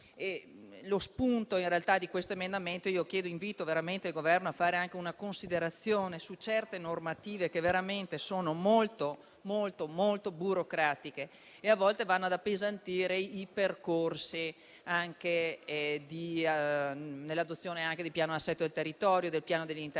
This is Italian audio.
Lo spunto di questo emendamento è un invito al Governo a fare una considerazione su certe normative, che sono veramente molto burocratiche e a volte vanno ad appesantire i percorsi per l'adozione del piano di assetto del territorio, del piano degli interventi,